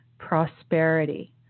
prosperity